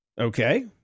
Okay